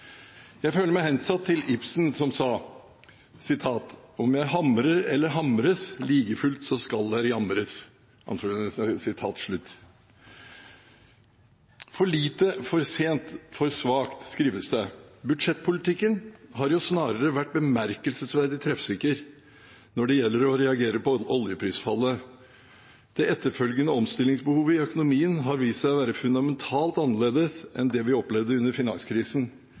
Jeg føler meg hensatt til Ibsen, som skrev: «Om jeg hamrer eller hamres, – ligefuldt så skal der jamres.» For lite, for sent, for svakt, skrives det. Budsjettpolitikken har snarere vært bemerkelsesverdig treffsikker når det gjelder å reagere på oljeprisfallet. Det etterfølgende omstillingsbehovet i økonomien har vist seg å være fundamentalt annerledes enn det vi opplevde under finanskrisen.